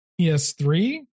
PS3